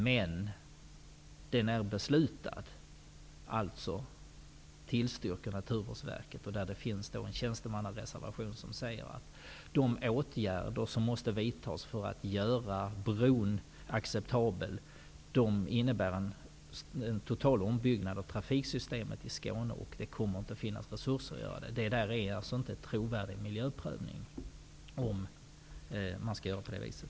Men den är beslutad -- alltså tillstyrker Naturvårdsverket! Det finns en tjänstemannareservation som säger att de åtgärder som måste vidtas för att göra bron acceptabel innebär en total ombyggnad av trafiksystemet i Skåne, och det kommer inte att finnas resurser för att göra det. Det är alltså ingen trovärdig miljöprövning, om man skall göra på det viset.